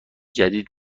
جدید